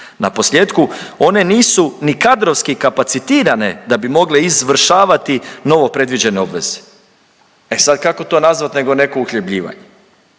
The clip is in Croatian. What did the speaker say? Na posljetku one nisu ni kadrovski kapacitirane da bi mogle izvršavati novo predviđene obveze, e sad kako to nazvat nego neko uhljebljivanje.